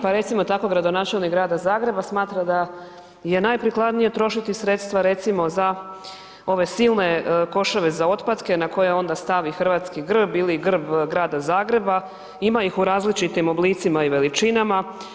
Pa recimo tako gradonačelnik Grada Zagreba smatra da je naprikladnije trošiti sredstva recimo za ove silne koševe za otpatke na koje onda stavi hrvatski grb ili grb Grada Zagreba, ima ih u različitim oblicima i veličinama.